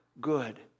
good